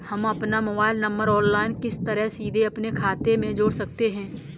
हम अपना mobile number online किस तरह सीधे अपने खाते में जोड़ सकते हैं?